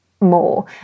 more